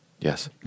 Yes